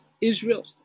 Israel